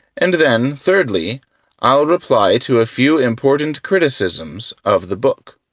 and then thirdly i'll reply to a few important criticisms of the book.